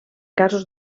casos